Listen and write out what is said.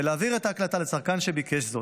ולהעביר את ההקלטה לצרכן שביקש זאת.